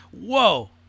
whoa